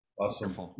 Awesome